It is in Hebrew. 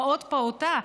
פעוט-פעוטה,